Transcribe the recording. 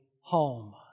home